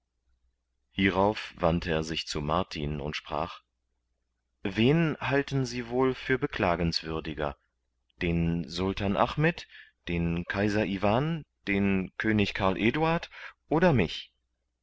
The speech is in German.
hierauf wandte er sich zu martin und sprach wen halten sie wohl für beklagenswürdiger den sultan achmed den kaiser iwan den könig karl eduard oder mich